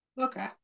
okay